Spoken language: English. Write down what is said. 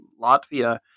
Latvia